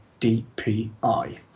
DPI